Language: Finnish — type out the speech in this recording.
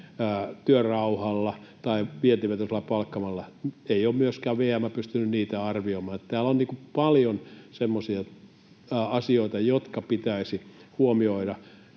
työrauhalla tai vientivetoisella palkkamallilla. Ei ole myöskään VM pystynyt niitä arvioimaan. Täällä on paljon semmoisia asioita, jotka pitäisi huomioida